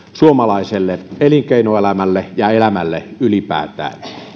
suomalaiselle elinkeinoelämälle ja elämälle ylipäätään